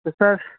تو سر